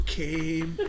came